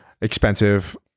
expensive